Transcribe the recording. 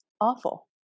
awful